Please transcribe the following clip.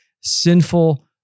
sinful